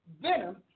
venom